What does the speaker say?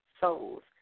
souls